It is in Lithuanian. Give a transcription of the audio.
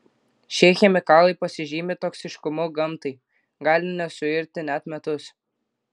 šie chemikalai pasižymi toksiškumu gamtai gali nesuirti net metus